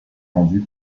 vendue